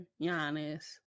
Giannis